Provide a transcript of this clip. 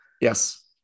Yes